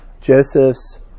Joseph's